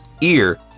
ear